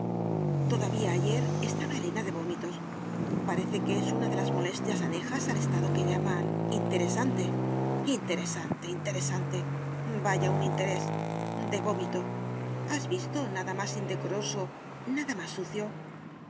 todavía ayer estaba elena de vómitos parece que es una de las molestias anejas al estado que llaman interesante interesante interesante vaya un interés de vómito has visto nada más indecoroso nada más sucio